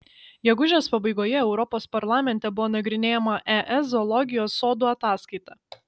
gegužės pabaigoje europos parlamente buvo nagrinėjama es zoologijos sodų ataskaita